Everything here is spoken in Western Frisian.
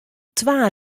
twa